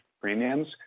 premiums